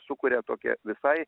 sukuria tokią visai